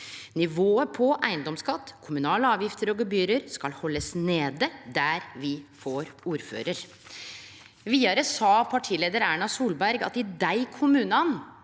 Nivået på eiendomsskatt, kommunale avgifter og gebyrer skal holdes nede der vi får ordfører.» Vidare sa partileiar Erna Solberg: «I de kommunene